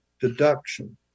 deduction